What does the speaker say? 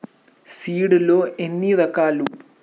Seed లు ఎన్ని రకాలు?